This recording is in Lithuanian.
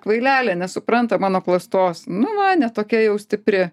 kvailelė nesupranta mano klastos nu va ne tokia jau stipri